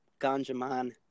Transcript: Ganjaman